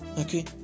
Okay